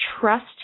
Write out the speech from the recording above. trust